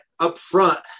upfront